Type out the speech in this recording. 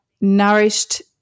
nourished